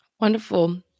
Wonderful